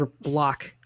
block